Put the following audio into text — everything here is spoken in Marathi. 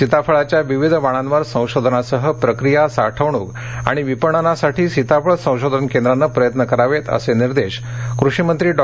सीताफळाच्या विविध वाणावर संशोधनासह प्रक्रिया साठवणूक आणि विपणनासाठीसीताफळ संशोधन केंद्राने प्रयत्न करावे असे निर्देश कृषीमंत्री डॉ